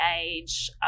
Age